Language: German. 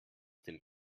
dem